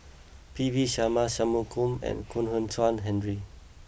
P V Sharma See Chak Mun and Kwek Hian Chuan Henry